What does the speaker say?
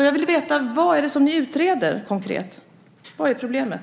Jag vill veta: Vad är det konkret som ni utreder? Vad är problemet?